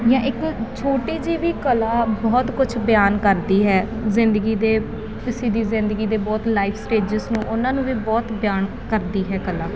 ਜਾਂ ਇੱਕ ਛੋਟੀ ਜਿਹੀ ਵੀ ਕਲਾ ਬਹੁਤ ਕੁਛ ਬਿਆਨ ਕਰਦੀ ਹੈ ਜ਼ਿੰਦਗੀ ਦੇ ਕਿਸੇ ਦੀ ਜ਼ਿੰਦਗੀ ਦੇ ਬਹੁਤ ਲਾਈਫ ਸਟੇਜਸ ਨੂੰ ਉਹਨਾਂ ਨੂੰ ਵੀ ਬਹੁਤ ਬਿਆਨ ਕਰਦੀ ਹੈ ਕਲਾ